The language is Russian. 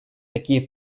такие